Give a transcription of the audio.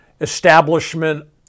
establishment